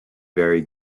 very